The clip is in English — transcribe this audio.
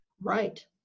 Right